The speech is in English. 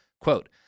Quote